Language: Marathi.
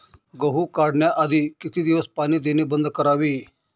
गहू काढण्याआधी किती दिवस पाणी देणे बंद करावे?